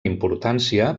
importància